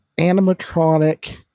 animatronic